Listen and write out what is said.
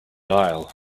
aisle